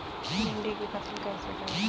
भिंडी की फसल कैसे करें?